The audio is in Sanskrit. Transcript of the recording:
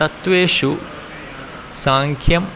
तत्त्वेषु साङ्ख्यम्